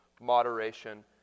moderation